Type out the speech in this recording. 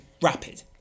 rapid